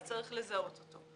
אז צריך לזהות אותו.